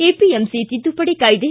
APMC ತಿದ್ದುಪಡಿ ಕಾಯ್ದೆ